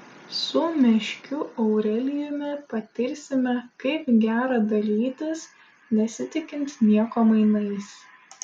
su meškiu aurelijumi patirsime kaip gera dalytis nesitikint nieko mainais